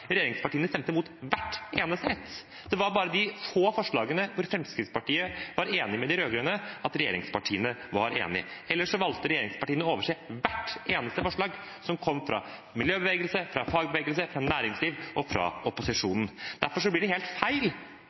Regjeringspartiene stemte imot hvert eneste ett. Det var bare i forbindelse med de få forslagene hvor Fremskrittspartiet var enig med de rød-grønne, at regjeringspartiene var enig. Ellers valgte regjeringspartiene å overse hvert eneste forslag som kom fra miljøbevegelse, fagbevegelse, næringsliv og opposisjon. Derfor blir det helt feil